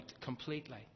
completely